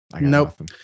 Nope